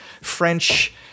french